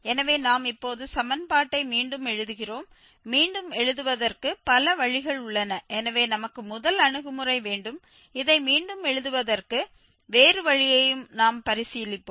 எனவே நாம் இப்போது சமன்பாட்டை மீண்டும் எழுதுகிறோம் மீண்டும் எழுதுவதற்கு பல வழிகள் உள்ளன எனவே நமக்கு முதல் அணுகுமுறை வேண்டும் இதை மீண்டும் எழுதுவதற்கு வேறு வழியையும் நாம் பரிசீலிப்போம்